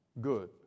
good